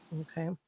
Okay